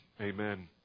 Amen